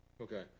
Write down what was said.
okay